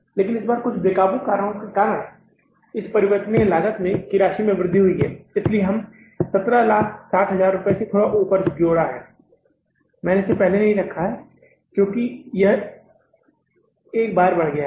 लेकिन इस बार कुछ बेकाबू कारकों के कारण इस परिवर्तनीय लागत में इस राशि में वृद्धि हुई है इसलिए हमने इसे 1760000 से ऊपर जोड़ा है मैंने इसे पहले ही नहीं रखा है क्योंकि यह एक बार बढ़ गया है